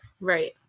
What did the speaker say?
Right